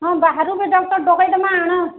ହଁ ବାହାରୁ ବି ଡକ୍ଟର୍ ଡ଼କେଇଦେମା ଆଣ